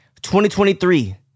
2023